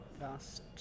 last